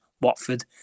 Watford